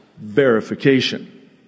verification